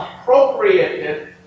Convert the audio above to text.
appropriated